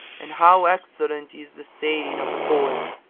and how excellent is the saying of the poet,